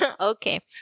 okay